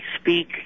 speak